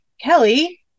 Kelly